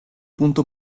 punto